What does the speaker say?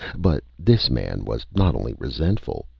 but this man was not only resentful.